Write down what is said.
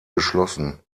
geschlossen